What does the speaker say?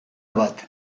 bat